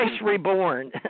reborn